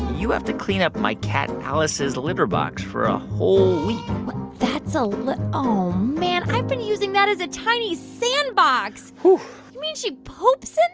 you have to clean up my cat alice's litter box for a whole week that's a oh, man, i've been using that as a tiny sandbox. you mean she poops in